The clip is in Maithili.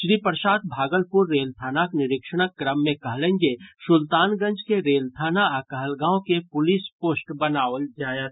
श्री प्रसाद भागलपुर रेल थानाक निरीक्षणक क्रम मे कहलनि जे सुल्तानगंज के रेल थाना आ कहलगांव के पुलिस पोस्ट बनाओल जायत